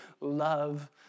love